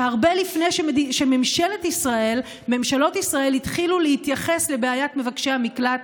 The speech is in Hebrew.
הרבה לפני שממשלות ישראל התחילו להתייחס לבעיית מבקשי המקלט,